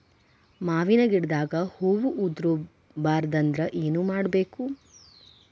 ಮಾವಿನ ಗಿಡದಾಗ ಹೂವು ಉದುರು ಬಾರದಂದ್ರ ಏನು ಮಾಡಬೇಕು?